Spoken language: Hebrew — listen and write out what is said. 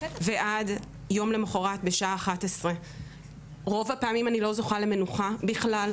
ועד יום למוחרת בשעה 11:00. ברוב הפעמים אני לא זוכה למנוחה בכלל,